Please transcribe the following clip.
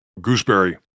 gooseberry